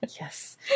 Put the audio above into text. Yes